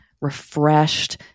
refreshed